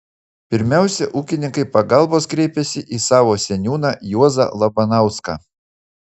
pirmiausia ūkininkai pagalbos kreipėsi į savo seniūną juozą labanauską